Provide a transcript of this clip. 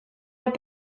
det